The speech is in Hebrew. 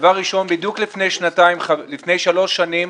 דבר ראשון, בדיוק לפני שלוש שנים,